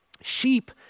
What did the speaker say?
Sheep